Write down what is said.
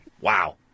Wow